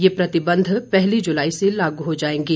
ये प्रतिबंध पहली जुलाई से लागू हो जाएंगे